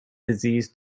disease